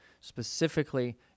Specifically